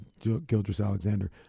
Gildress-Alexander